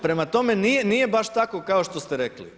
Prema tome nije baš tako kao što ste rekli.